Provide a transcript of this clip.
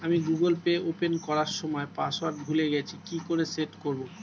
আমি Google Pay open করার সময় পাসওয়ার্ড ভুলে গেছি কি করে সেট করব?